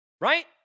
right